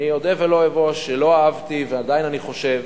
אודה ולא אבוש, שלא אהבתי, ועדיין אני חושב